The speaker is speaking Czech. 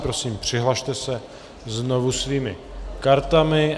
Prosím, přihlaste se znovu svými kartami.